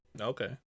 Okay